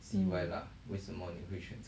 mm